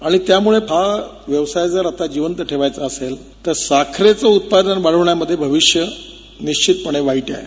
आणि त्यामुळे हा व्यवसाय जर जिवंत ठेवायचा असेल तर साखरेचं उत्पादन बाळविण्यामध्ये भविष्य निश्चितपणे वाईट आहे